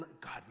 God